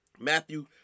Matthew